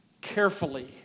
Carefully